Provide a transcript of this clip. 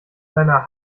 seiner